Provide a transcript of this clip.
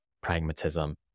pragmatism